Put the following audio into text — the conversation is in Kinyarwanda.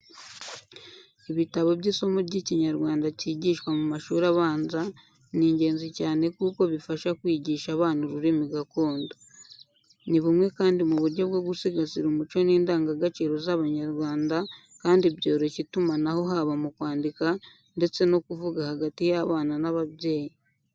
Ibitabo by'isomo ry'ikinyarwanda kigishwa mu mashuri abanza ni ingenzi cyane kuko bifasha kwigisha abana ururimi gakondo. Ni bumwe kandi mu buryo bwo gusigasira umuco n'indangagaciro z'abanyarwanda kandi byoroshya itumanaho haba mu kwandika ndetse no kuvuga hagati y'abana n'ababyeyi.